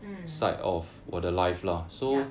mm yup